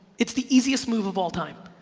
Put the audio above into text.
it's the easiest move of all time.